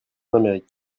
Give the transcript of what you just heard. amérique